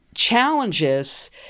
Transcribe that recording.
challenges